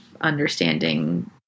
understanding